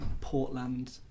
Portland